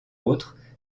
autres